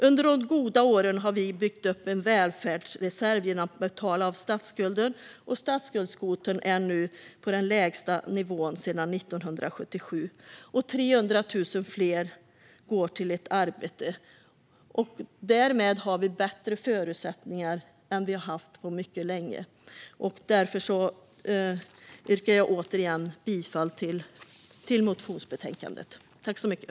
Under de goda åren har vi byggt upp en välfärdsreserv genom att betala av på statsskulden. Statsskuldskvoten är nu på den lägsta nivån sedan 1977. Och 300 000 fler går till ett arbete. Därmed har vi bättre förutsättningar än vi haft på mycket länge. Jag yrkar återigen bifall till utskottets förslag i betänkandet.